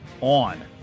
on